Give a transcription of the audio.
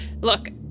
Look